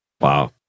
Wow